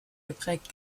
geprägt